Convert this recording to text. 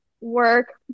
work